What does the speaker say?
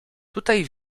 tutaj